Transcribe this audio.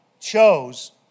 chose